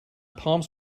palms